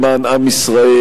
למען עם ישראל,